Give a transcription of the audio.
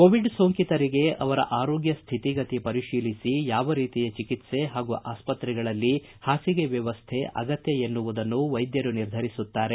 Covid ಸೋಂಕಿತರಿಗೆ ಅವರ ಆರೋಗ್ಯ ಸ್ಥಿತಿಗತಿ ಪರಿತೀಲಿಸಿ ಅವರಿಗೆ ಯಾವ ರೀತಿಯ ಚಿಕಿತ್ಸೆ ಹಾಗೂ ಅಸ್ಪತ್ರೆಗಳಲ್ಲಿ ಬೆಡ್ ವ್ಯವಸ್ಥೆಯ ಅಗತ್ಯ ಇದೆ ಎನ್ನುವುದನ್ನು ವೈದ್ಯರು ನಿರ್ಧರಿಸುತ್ತಾರೆ